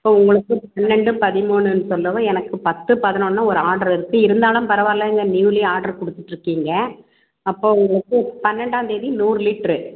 இப்போது உங்களுக்கு பன்னெரெண்டு பதிமூணுன்னு சொல்லவும் எனக்கு பத்து பதினொன்று எனக்கு ஒரு ஆர்ட்ரு இருக்குது இருந்தாலும் பரவாயில்லைங்க நியூலி ஆர்டர் கொடுத்துட்ருக்கீங்க அப்போது உங்களுக்கு பன்னெரெண்டாந்தேதி நூறு லிட்ரு